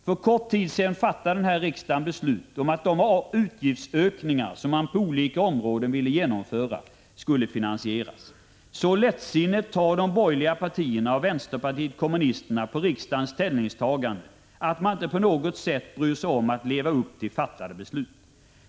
För kort tid sedan fattade riksdagen beslut om att de utgiftsökningar som man på olika områden ville genomföra skulle finansieras. Så lättsinnigt tar de borgerliga partierna och vänsterpartiet kommunisterna på riksdagens ställningstagande, att de inte på något sätt bryr sig om att leva upp till fattade beslut.